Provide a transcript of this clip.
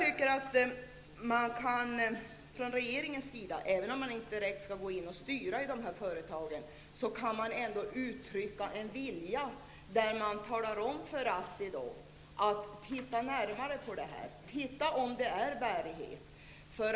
Även om regeringen inte skall gå in och styra i företagen kan regeringen ändå uttrycka en vilja och tala om för ASSI att företaget bör titta närmare på förslaget och se om det är bärigt.